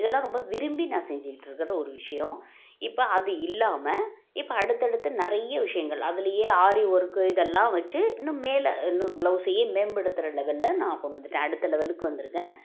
இதெல்லாம் ரொம்ப விரும்பி நான் செஞ்சிக்கிட்டுருக்கற ஒரு விஷயம் இப்போ அது இல்லாமல் இப்போ அடுத்தடுத்து நிறைய விஷயங்கள் அதுலேயே ஆரி ஒர்க்கு இதெல்லாம் வச்சு இன்னும் மேலே இன்னும் ப்ளவுஸ்ஸையே மேம்படுத்துகிற லெவலில் நான் கொண்டு வந்துவிட்டேன் அடுத்த லெவலுக்கு வந்துருக்கேன்